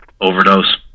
overdose